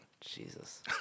Jesus